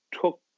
took